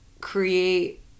create